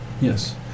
Yes